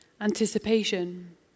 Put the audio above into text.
anticipation